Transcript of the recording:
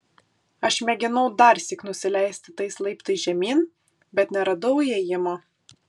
aš mėginau darsyk nusileisti tais laiptais žemyn bet neradau įėjimo